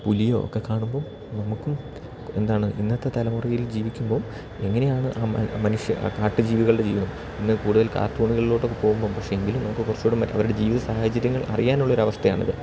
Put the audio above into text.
പുലിയോ ഒക്കെ കാണുമ്പം നമുക്കും എന്താണ് ഇന്നത്തെ തലമുറയിൽ ജീവിക്കുമ്പം എങ്ങനെയാണ് ആ മനുഷ്യ ആ കാട്ട്ജീവികളുടെ ജീവിതം ഇന്ന് കൂടുതൽ കാർട്ടൂണുകളിലോട്ട് ഒക്കെ പോകുമ്പം പക്ഷേ എങ്കിലും നമുക്ക് കുറച്ചൂടെ മെ അവരുടെ ജീവിത സാഹചര്യങ്ങള് അറിയാനുള്ള ഒരവസ്ഥയാണിത്